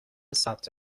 ثبت